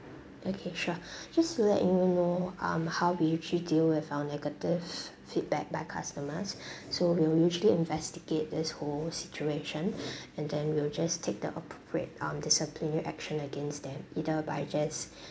okay sure just to let you know um how we usually deal with our negatives feedback by customers so we will usually investigate this whole situation and then we'll just take the appropriate uh disciplinary action against them either by just